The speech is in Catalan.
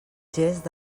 gest